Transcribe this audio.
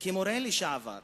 כמורה לשעבר,